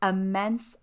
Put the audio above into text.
immense